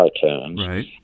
cartoons